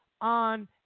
on